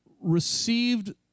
received